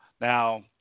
now